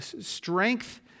strength